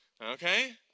Okay